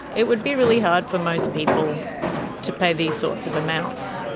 it would be really hard for most people to pay these sorts of amounts.